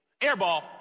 Airball